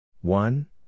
One